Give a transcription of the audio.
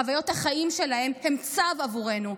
חוויות החיים שלהם הן צו עבורנו.